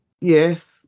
Yes